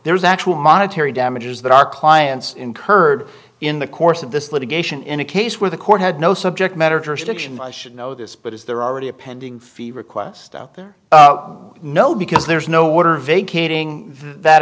there was actual monetary damages that our clients incurred in the course of this litigation in a case where the court had no subject matter jurisdiction should know this but is there are already a pending fee request out there no because there's no order vacating that